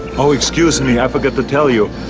oh excuse me, i forgot to tell you.